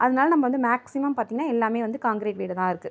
அதனால் நம்ப வந்து மேக்ஸிமம் பார்த்திங்கன்னா எல்லாமே வந்து காங்கிரிட் வீடுதான் இருக்குது